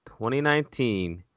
2019